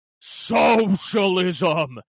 socialism